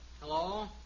Hello